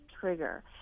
trigger